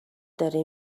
داره